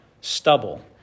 stubble